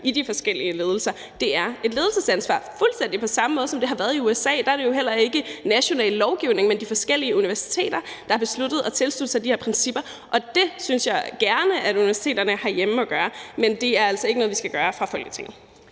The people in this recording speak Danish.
i de forskellige ledelser. Det er et ledelsesansvar fuldstændig på samme måde, som det er i USA. Der er det jo heller ikke med i den nationale lovgivning, men det er de forskellige universiteter, der har besluttet at tilslutte sig de her principper. Det synes jeg gerne at universiteterne herhjemme må gøre, men det er altså ikke noget, vi skal gøre fra Folketingets